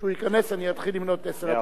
כשהוא ייכנס אני אתחיל למנות עשר דקות.